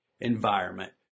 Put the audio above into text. environment